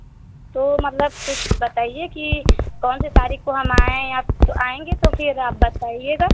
तो मतलब कुछ बताइए कि कौनसे तारीख को हम आए या तो आप आएँगे तो फिर आप बताइएगा